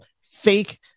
fake